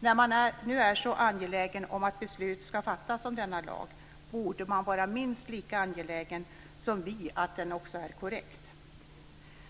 När man nu är så angelägen om att beslut ska fattas om denna lag, borde man vara minst lika angelägen som vi om att den också är korrekt.